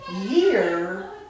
year